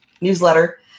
newsletter